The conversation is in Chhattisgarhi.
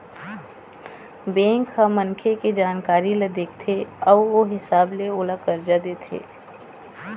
बेंक ह मनखे के जानकारी ल देखथे अउ ओ हिसाब ले ओला करजा देथे